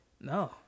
No